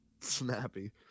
snappy